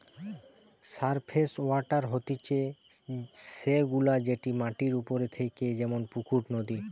surface water হতিছে সে গুলা যেটি মাটির ওপরে থাকে যেমন পুকুর, নদী